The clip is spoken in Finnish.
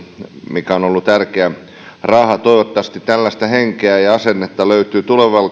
mikä on on ollut tärkeä raha toivottavasti tällaista henkeä ja asennetta löytyy